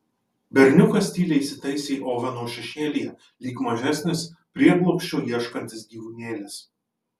berniukas tyliai įsitaisė oveno šešėlyje lyg mažesnis prieglobsčio ieškantis gyvūnėlis